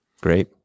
Great